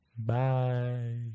Bye